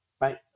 right